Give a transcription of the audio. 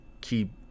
keep